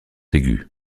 aigu